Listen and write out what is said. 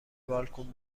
بالکن